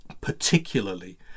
particularly